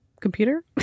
computer